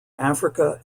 africa